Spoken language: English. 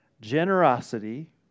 generosity